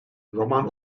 roman